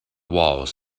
walls